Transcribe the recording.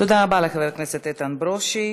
תודה רבה לחבר הכנסת איתן ברושי.